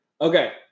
Okay